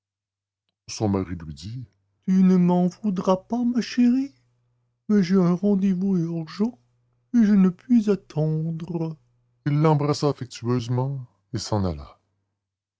son mari lui dit tu ne m'en voudras pas ma chérie mais j'ai un rendez-vous urgent et je ne puis attendre il l'embrassa affectueusement et s'en alla